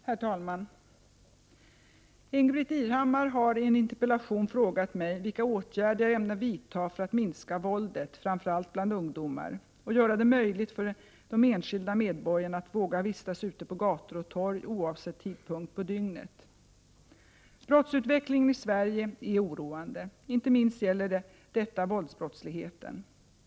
Herr talman! Ingbritt Irhammar har i en interpellation frågat mig vilka åtgärder jag ämnar vidta för att minska våldet, framför allt bland ungdomar, och göra det möjligt för de enskilda medborgarna att våga vistas ute på gator och torg oavsett tidpunkt på dygnet. Brottsutvecklingen i Sverige är oroande. Inte minst gäller detta våldsbrottsligheten.